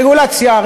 רגולציה,